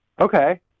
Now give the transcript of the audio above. Okay